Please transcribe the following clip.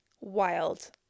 wild